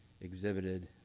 exhibited